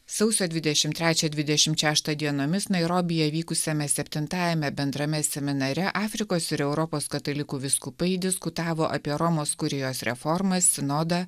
sausio dvidešim trečią dvidešim šeštą dienomis nairobyje vykusiame septintajame bendrame seminare afrikos ir europos katalikų vyskupai diskutavo apie romos kurijos reformą sinodą